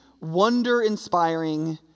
wonder-inspiring